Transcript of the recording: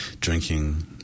drinking